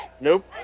Nope